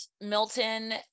Milton